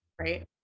right